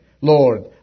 Lord